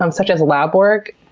um such as lab work.